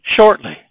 shortly